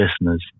listeners